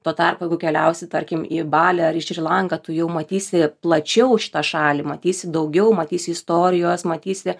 tuo tarpu jeigu keliausi tarkim į balį ar į šri lanką tu jau matysi plačiau šitą šalį matysi daugiau matysi istorijos matysi